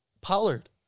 Pollard